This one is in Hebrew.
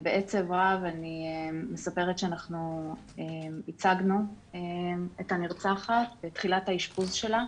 בעצב רב אני מספרת שאנחנו ייצגנו את הנרצחת בתחילת האשפוז שלה.